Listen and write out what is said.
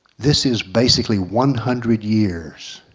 this is basically one hundred years.